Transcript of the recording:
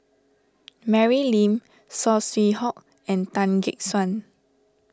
Mary Lim Saw Swee Hock and Tan Gek Suan